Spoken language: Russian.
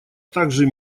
также